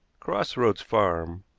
cross roads farm,